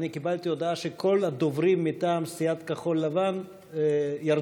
אני קיבלתי הודעה שכל הדוברים מטעם סיעת כחול לבן ירדו,